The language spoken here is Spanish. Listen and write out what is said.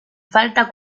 falta